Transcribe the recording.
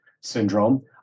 syndrome